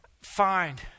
find